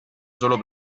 solo